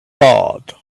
barred